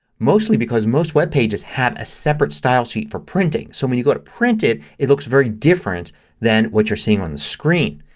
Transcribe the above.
mostly because most webpages have a separate style sheet for printing. so when you go to print it, it looks very different than what you're seeing on the screen.